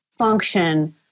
function